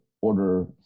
order